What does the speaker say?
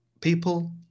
people